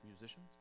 musicians